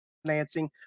financing